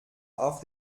auf